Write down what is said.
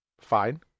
Fine